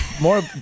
More